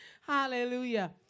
Hallelujah